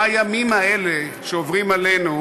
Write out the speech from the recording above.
בימים האלה שעוברים עלינו,